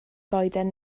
goeden